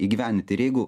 įgyvendint ir jeigu